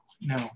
no